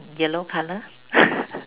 yellow color